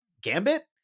Gambit